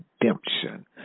redemption